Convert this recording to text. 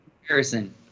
comparison